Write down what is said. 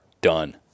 done